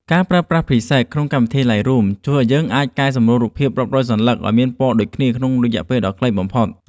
ការប្រើប្រាស់ ព្រីសេត ក្នុងកម្មវិធី ឡៃរូម ជួយឱ្យយើងអាចកែសម្រួលរូបភាពរាប់រយសន្លឹកឱ្យមានពណ៌ដូចគ្នាក្នុងរយៈពេលដ៏ខ្លីបំផុត។